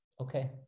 okay